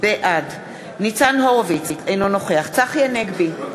בעד ניצן הורוביץ, אינו נוכח צחי הנגבי,